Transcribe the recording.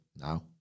now